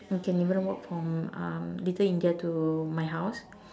you can even walk from um little India to my house